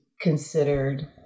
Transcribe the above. considered